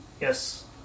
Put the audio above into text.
Yes